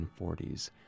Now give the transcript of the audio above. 1940s